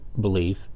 belief